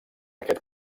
aquest